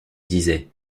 disait